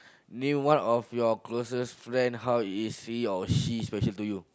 name one of your closest friend how is he or she special to you